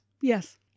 Yes